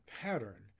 pattern